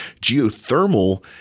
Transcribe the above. Geothermal